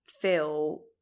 feel